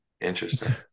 Interesting